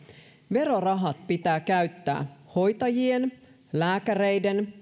verorahat pitää käyttää hoitajien lääkäreiden